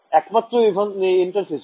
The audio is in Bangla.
ছাত্র ছাত্রীঃএকমাত্র ইন্টারফেস এ